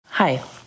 Hi